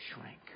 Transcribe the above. shrink